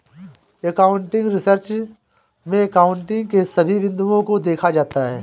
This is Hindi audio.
एकाउंटिंग रिसर्च में एकाउंटिंग के सभी बिंदुओं को देखा जाता है